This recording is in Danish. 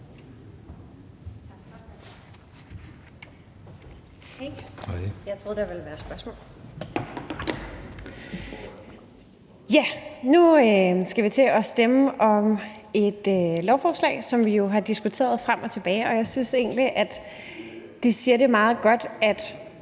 Nu skal vi til at stemme om et lovforslag, som vi jo har diskuteret frem og tilbage. Jeg synes egentlig, at de siger det meget godt,